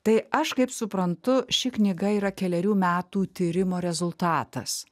tai aš kaip suprantu ši knyga yra kelerių metų tyrimo rezultatas